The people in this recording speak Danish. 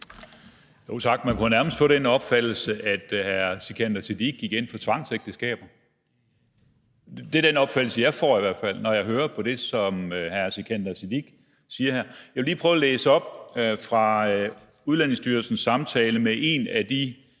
(DF): Tak. Man kunne nærmest få den opfattelse, at hr. Sikandar Siddique gik ind for tvangsægteskaber. Det er i hvert fald den opfattelse, jeg får, når jeg hører på det, som hr. Sikandar Siddique siger her. Jeg vil lige prøve at læse op fra Udlændingestyrelsens samtale med en af de